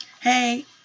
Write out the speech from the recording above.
Hey